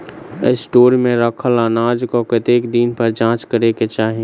Store मे रखल अनाज केँ कतेक दिन पर जाँच करै केँ चाहि?